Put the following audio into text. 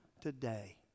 today